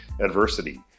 adversity